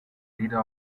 leader